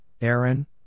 Aaron